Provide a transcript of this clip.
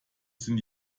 sind